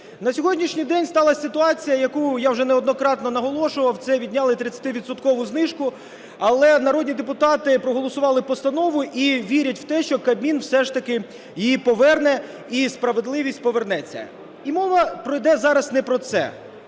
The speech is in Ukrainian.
НА сьогоднішній день сталася ситуація, яку я вже неоднократно наголошував, це відняли 30-відсоткову знижку, але народні депутати проголосували постанову і вірять в те, що Кабмін все ж таки її поверне і справедливість повернеться. І мова йде зараз не про це,